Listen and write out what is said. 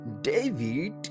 David